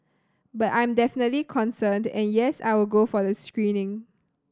but I'm definitely concerned and yes I will go for the screening